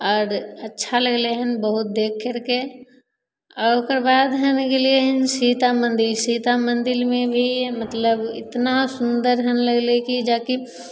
आओर अच्छा लागलै हँ बहुत देखि करिके आओर ओकरबाद हम गेलिए हँ सीता मन्दिर सीता मन्दिरमे भी मतलब एतना सुन्दर हँ लागलै कि जाकि